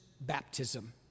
baptism